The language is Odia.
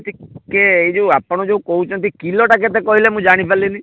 ଆଚ୍ଛା ମୋତେ ଟିକିଏ ଏ ଯୋଉ ଆପଣ ଯୋଉ କହୁଛନ୍ତି କିଲୋଟା କେତେ କହିଲେ ମୁଁ ଜାଣିପାରିଲିନି